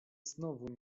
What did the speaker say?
znowu